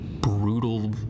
brutal